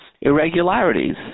irregularities